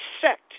sect